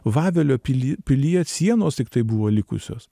vavelio pili pilies sienos tiktai buvo likusios